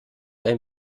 ein